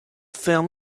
film